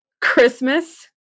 Christmas